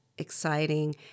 exciting